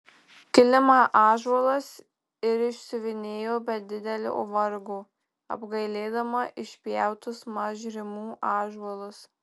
kilimą ąžuolas ir išsiuvinėjo be didelio vargo apgailėdama išpjautus mažrimų ąžuolus